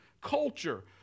culture